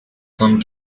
form